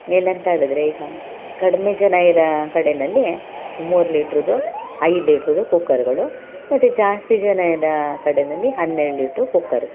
ಏನಂತ್ಹೇಳಿದರೆ ಈಗ ಕಡಿಮೆ ಜನ ಇರ ಕಡೆನಲ್ಲಿ ಮೂರು ಲೀಟ್ರುದು ಐದು ಲೀಟ್ರುದು ಕುಕ್ಕರ್ಗಳು ಮತ್ತು ಜಾಸ್ತಿ ಜನ ಇರೋ ಕಡೆಯಲ್ಲಿ ಹನ್ನೆರಡು ಲೀಟ್ರು ಕುಕ್ಕರು